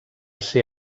ser